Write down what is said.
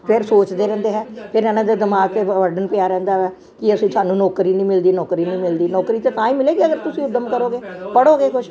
ਫਿਰ ਸੋਚਦੇ ਰਹਿੰਦੇ ਹੈ ਫਿਰ ਇਹਨਾਂ ਦੇ ਦਿਮਾਗ ਤੇ ਬ ਬਾਰਡਨ ਪਿਆ ਰਹਿੰਦਾ ਵਾ ਕੀ ਅਸੀਂ ਸਾਨੂੰ ਨੌਕਰੀ ਨੂੰ ਮਿਲਦੀ ਨੌਕਰੀ ਨਹੀਂ ਮਿਲਦੀ ਨੌਕਰੀ ਤੇ ਤਾਂ ਹੀ ਮਿਲੇਗਾ ਅਗਰ ਤੁਸੀਂ ਉਦਮ ਕਰੋਗੇ ਪੜੋਗੇ ਕੁਛ